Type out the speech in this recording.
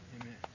Amen